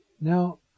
Now